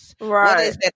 Right